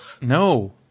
no